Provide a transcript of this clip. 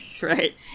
Right